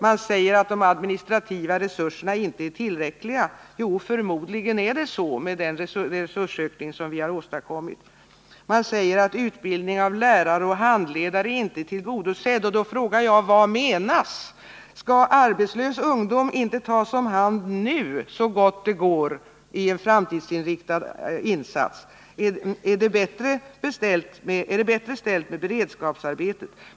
Man säger att de administrativa resurserna inte är tillräckliga. Jo, förmodligen är de tillräckliga, med den resursökning som vi har åstadkommit. Man säger att utbildningen av lärare och handledare inte är tillgodosedd. Då frågar jag: Vad menas? Skall arbetslös ungdom inte tas om hand nu, så gott det går, i en framtidsinriktad insats? Är det bättre ställt med beredskapsarbete?